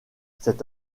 cet